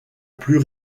plus